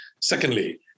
Secondly